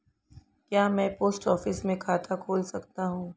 क्या मैं post office में खाता खोल सकता हूँ?